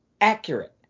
accurate